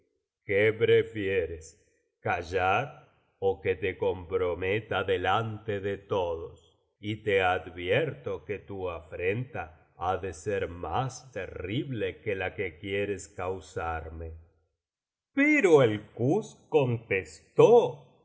que prefieres callar ó que te comprometa delante de todos y té advierto que tu afrenta ha de ser más terrible que la que quieres causarme pero el kuz contestó